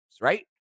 right